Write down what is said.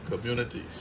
communities